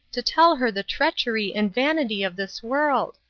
to tell her the treachery and vanity of this world.